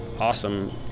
awesome